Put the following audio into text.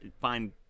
find